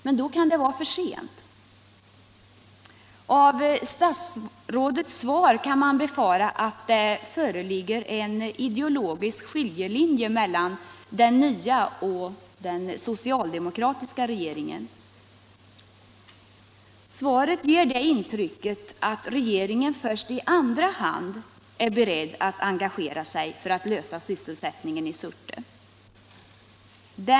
Men då kan det vara för sent. 30 november 1976 Statsrådets svar gör att man kan befara att det föreligger en ideologisk = skiljelinje mellan den nya regeringen och den förra, socialdemokratiska Om sysselsättningsregeringen. Svaret ger det intrycket att regeringen först i andra hand problemen i Ale är beredd att engagera sig för att lösa frågan om sysselsättningen i Surte. kommun, m.m.